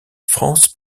france